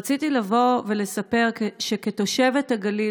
רציתי לבוא ולספר שכתושבת הגליל,